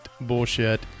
bullshit